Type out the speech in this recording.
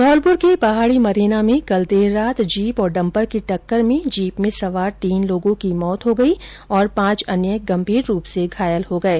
धौलपुर के पहाडी मरेना में कल देर रात जीप और डम्पर की टक्कर में जीप में सवार तीन लोगों की मौत हो गई और पांच अन्य गंभीर रूप से घायल हो गये